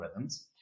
algorithms